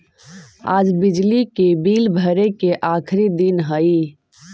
आज बिजली के बिल भरे के आखिरी दिन हई